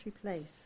place